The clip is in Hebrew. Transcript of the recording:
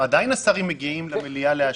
עדיין השרים מגיעים למליאה להשיב.